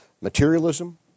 Materialism